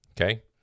okay